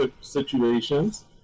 situations